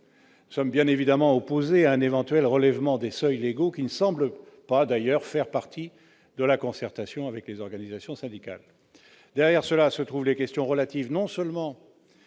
Nous sommes bien évidemment opposés à un éventuel relèvement des seuils légaux, qui, d'ailleurs, ne semble pas faire partie de la concertation avec les organisations syndicales. Cette problématique recouvre les questions relatives non seulement